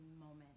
moment